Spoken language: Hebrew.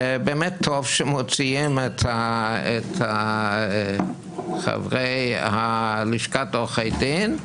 אז באמת טוב שמוציאים את חברי לשכת עורכי הדין,